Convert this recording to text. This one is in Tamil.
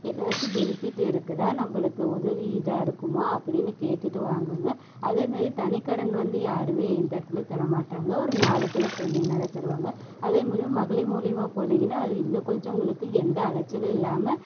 எதாச்சும் பெனிஃபிட்டு இருக்குதா நம்பளுக்கு உதவி இதாக இருக்குமா அப்படின்னு கேட்டுகிட்டு வாங்குங்க அதேமாரி தனிக்கடன் வந்து யாருமே எந்த இடத்துலையும் தர மாட்டாங்க ஒரு நாலு பேர் சேர்ந்திங்கன்னா தான் தருவாங்க அதேமாரியும் மகளிர் மூலியமாக போனிங்கன்னா அது இன்னும் கொஞ்சம் உங்களுக்கு எந்த அலைச்சலும் இல்லாம